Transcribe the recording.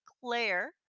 Claire